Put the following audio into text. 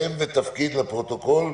שם ותפקיד לפרוטוקול.